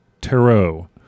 tarot